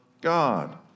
God